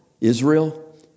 Israel